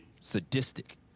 sadistic